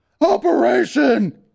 Operation